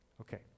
Okay